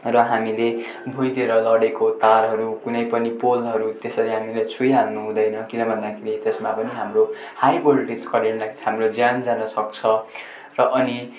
र हामीले भुइँतिर लडेको तारहरू कुनै पनि पोलहरू त्यसरी हामीले छोइहाल्नु हुँदैन किन भन्दाखेरि त्यसमा पनि हाम्रो हाई भोल्टेज करेन्टले हाम्रो ज्यान जानसक्छ र अनि